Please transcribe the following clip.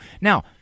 now